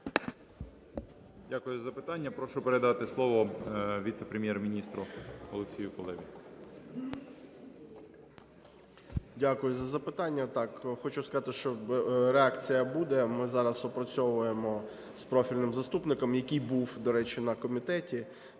Дякую за запитання. Прошу передати слово Віце-прем'єр-міністру Олексію Кулебі. 10:59:43 КУЛЕБА О.В. Дякую за запитання. Так, хочу сказати, що реакція буде. Ми зараз опрацьовуємо з профільним заступником, який був, до речі, на комітеті,